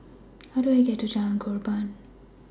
How Do I get to Jalan Korban